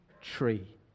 tree